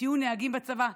תהיו נהגים בצבא,